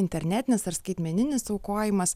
internetinis ar skaitmeninis aukojimas